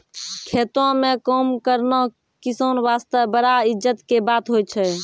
खेतों म काम करना किसान वास्तॅ बड़ा इज्जत के बात होय छै